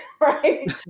right